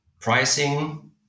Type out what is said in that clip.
pricing